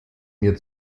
mir